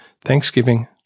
Thanksgiving